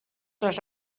les